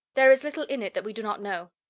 there is little in it that we do not know.